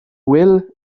will